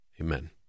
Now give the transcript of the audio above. Amen